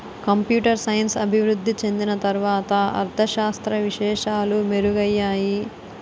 computer science అభివృద్ధి చెందిన తర్వాత అర్ధ శాస్త్ర విశేషాలు మెరుగయ్యాయి